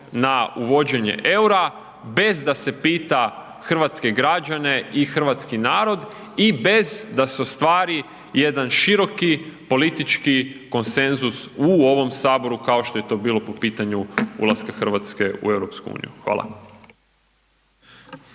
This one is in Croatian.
na uvođenje EUR-a bez da se pita hrvatske građane i hrvatski narod i bez da se ostvari jedan široki politički konsenzus u ovom saboru kao što je to bilo po pitanju ulaske Hrvatske u EU. Hvala.